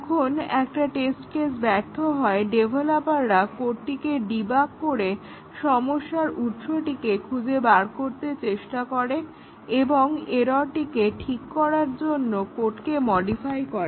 যখন একটা test case ব্যর্থ হয় ডেভলপাররা কোডটিকে ডিবাগ করে সমস্যার উৎসটিকে খুঁজে বার করতে চেষ্টা করে এবং এররটিকে ঠিক করার জন্য কোডকে মডিফাই করে